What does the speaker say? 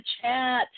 chat